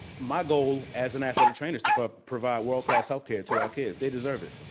my goal, as an athletic trainer, is to but provide world class healthcare to our kids, they deserve it,